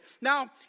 Now